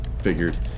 Figured